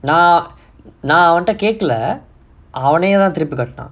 நா நா அவன்ட கேக்கல அவனே தான் திருப்பி கட்டுனேன்:naa naa avanta kaekkala avanae thaan thiruppi kattunaen